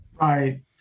Right